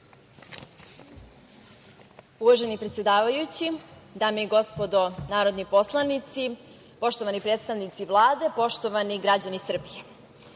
Uvaženi predsedavajući, dame i gospodo narodni poslanici, poštovani predstavnici Vlade, poštovani građani Srbije,